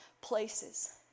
places